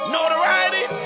Notoriety